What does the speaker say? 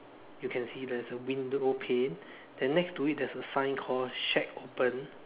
you can see there's a window pane then next to it there's a sign called shack open